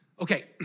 Okay